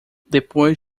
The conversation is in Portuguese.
depois